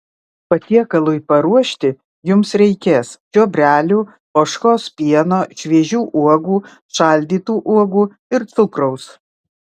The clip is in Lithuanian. patiekalui paruošti jums reikės čiobrelių ožkos pieno šviežių uogų šaldytų uogų ir cukraus